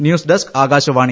news desk Akashvani